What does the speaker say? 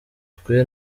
twe